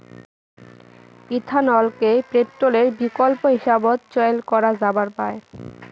ইথানলকে পেট্রলের বিকল্প হিসাবত চইল করা যাবার পায়